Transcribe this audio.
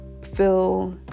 feel